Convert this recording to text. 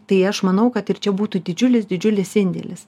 tai aš manau kad ir čia būtų didžiulis didžiulis indėlis